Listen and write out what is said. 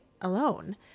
alone